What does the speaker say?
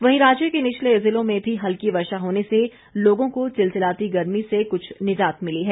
वहीं राज्य के निचले जिलों में भी हल्की वर्षा होने से लोगों को चिलचिलाती गर्मी से कृछ निजात मिली है